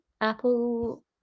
apple